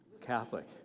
Catholic